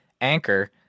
Anchor